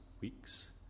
weeks